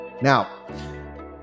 Now